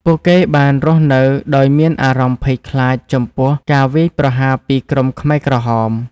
ពួកគេបានរស់នៅដោយមានអារម្មណ៍ភ័យខ្លាចចំពោះការវាយប្រហារពីក្រុមខ្មែរក្រហម។